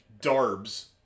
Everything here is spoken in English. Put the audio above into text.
Darbs